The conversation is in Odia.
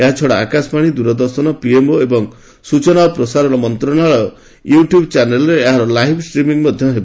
ଏହାଛଡ଼ା ଆକାଶବାଣୀ ଦୂରଦର୍ଶନ ପିଏମ୍ଓ ଏବଂ ତଥ୍ୟ ଓ ପ୍ରସାରଣ ମନ୍ତ୍ରଶାଳୟ ୟୁ ଟ୍ୟୁବ୍ ଚ୍ୟାନେଲ୍ରେ ଏହାର ଲାଇଭ୍ ଷ୍ଟିମିଙ୍ଗ୍ ମଧ୍ୟ ହେବ